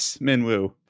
Minwoo